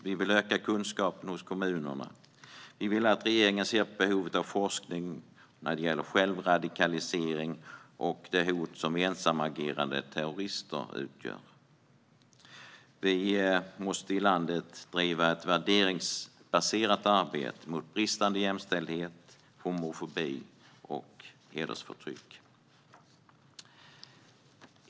Vi vill öka kunskapen hos kommunerna, och vi vill att regeringen ser på behovet av forskning om självradikalisering och det hot som ensamagerande terrorister utgör. Vi måste driva ett värderingsbaserat arbete i vårt land mot bristande jämställdhet, homofobi och hedersförtryck.